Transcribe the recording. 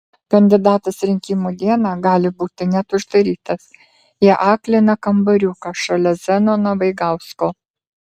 kandidatas rinkimų dieną gali būti net uždarytas į akliną kambariuką šalia zenono vaigausko